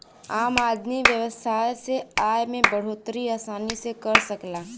आम आदमी व्यवसाय से आय में बढ़ोतरी आसानी से कर सकला